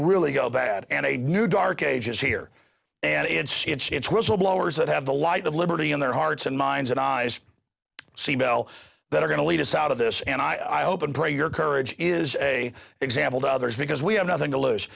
really go bad and a new dark age is here and it's shit it's whistle blowers that have the light of liberty in their hearts and minds and eyes see bell that are going to lead us out of this and i hope and pray your courage is a example to others because we have nothing to lose